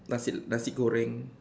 nasi nasi goreng